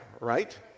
right